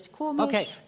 Okay